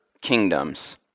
kingdoms